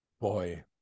boy